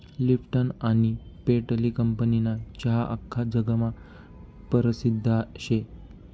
Lipton आनी पेटली कंपनीना चहा आख्खा जगमा परसिद्ध शे